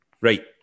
Right